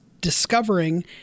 discovering